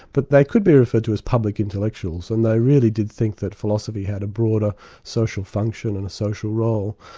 but they could be referred to as public intellectuals and they really did think that philosophy had a broader social function and a social role.